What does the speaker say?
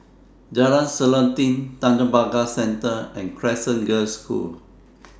Jalan Selanting Tanjong Pagar Centre and Crescent Girls' School